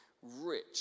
rich